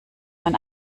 man